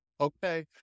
Okay